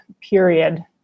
period